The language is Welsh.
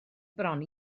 bron